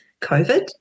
COVID